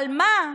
אבל מה?